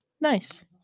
Nice